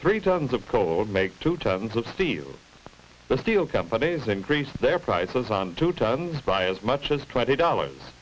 three tons of cold make two tons of steel the steel companies increase their prices on two tons by as much as twenty dollars